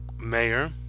mayor